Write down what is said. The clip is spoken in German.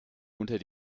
unter